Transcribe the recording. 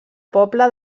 poble